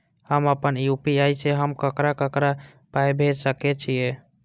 हम आपन यू.पी.आई से हम ककरा ककरा पाय भेज सकै छीयै?